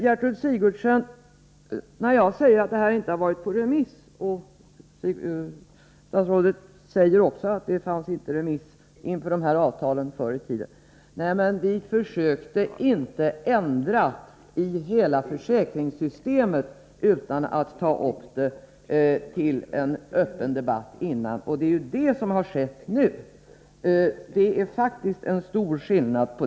Jag påpekade att den här frågan inte har varit ute på remiss, och statsrådet sade att det inte var något remissförfarande inför dessa avtal förr i tiden. Nej, men vi försökte inte, som sker nu, ändra på hela försäkringssystemet utan att först ta upp det till öppen debatt. Det är faktiskt stor skillnad.